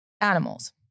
animals